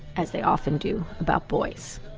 as they often do, about boys